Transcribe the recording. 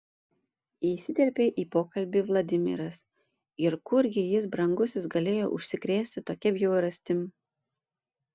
įsiterpė į pokalbį vladimiras ir kurgi jis brangusis galėjo užsikrėsti tokia bjaurastim